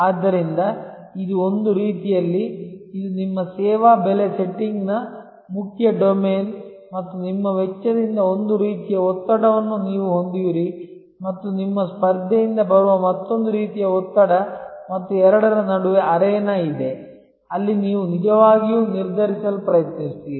ಆದ್ದರಿಂದ ಇದು ಒಂದು ರೀತಿಯಲ್ಲಿ ಇದು ನಿಮ್ಮ ಸೇವಾ ಬೆಲೆ ಸೆಟ್ಟಿಂಗ್ನ ಮುಖ್ಯ ಡೊಮೇನ್ ಮತ್ತು ನಿಮ್ಮ ವೆಚ್ಚದಿಂದ ಒಂದು ರೀತಿಯ ಒತ್ತಡವನ್ನು ನೀವು ಹೊಂದಿರುವಿರಿ ಮತ್ತು ನಿಮ್ಮ ಸ್ಪರ್ಧೆಯಿಂದ ಬರುವ ಮತ್ತೊಂದು ರೀತಿಯ ಒತ್ತಡ ಮತ್ತು ಎರಡರ ನಡುವೆ ಅರೇನಾ ಇದೆ ಅಲ್ಲಿ ನೀವು ನಿಜವಾಗಿಯೂ ನಿರ್ಧರಿಸಲು ಪ್ರಯತ್ನಿಸುತ್ತೀರಿ